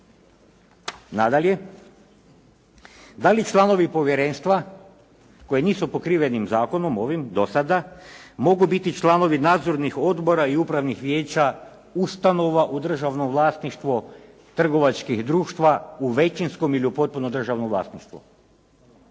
Nadalje, da li članovi povjerenstva koji nisu pokriveni ovim zakonom do sada mogu biti članovi nadzornih odbora i upravnih vijeća, ustanova u državnom vlasništvu trgovačkih društva u većinskom ili u potpunom državnom vlasništvu?